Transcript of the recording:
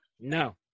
No